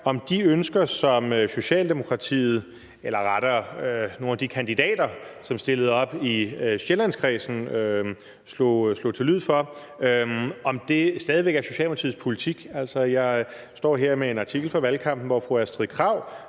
om de ønsker, som Socialdemokratiet – eller rettere nogle af de kandidater, som stillede op i Sjællands Storkreds – slog til lyd for, stadig væk er Socialdemokratiets politik. Jeg står her med en artikel fra valgkampen, hvor fru Astrid Krag